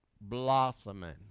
Blossoming